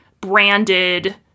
branded